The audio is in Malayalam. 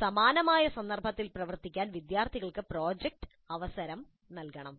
സമാനമായ സന്ദർഭത്തിൽ പ്രവർത്തിക്കാൻ വിദ്യാർത്ഥികൾക്ക് പ്രോജക്റ്റ് അവസരം നൽകണം